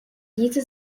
diese